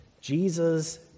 Jesus